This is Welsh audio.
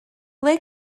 ble